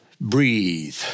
Breathe